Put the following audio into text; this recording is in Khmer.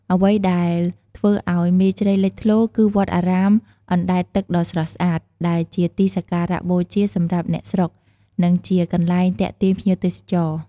អ្វីដែលធ្វើឱ្យ មេជ្រៃលេចធ្លោ គឺវត្តអារាមអណ្ដែតទឹកដ៏ស្រស់ស្អាត ដែលជាទីសក្ការៈបូជាសម្រាប់អ្នកស្រុក និងជាកន្លែងទាក់ទាញភ្ញៀវទេសចរ។